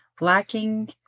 lacking